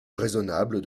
raisonnable